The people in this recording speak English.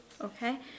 Okay